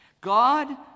God